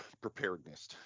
preparedness